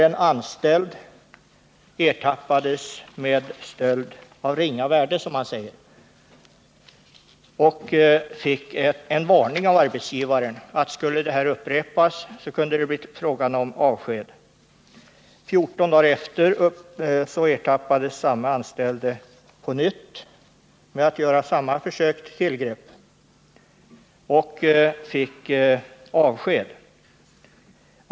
En anställd ertappades med stöld av ringa värde, som man säger, och fick en varning av arbetsgivaren att om detta skulle upprepas kunde det bli fråga om avsked. 14 dagar senare ertappades samme anställde på nytt med att göra ett försök till tillgrepp, och han fick avsked.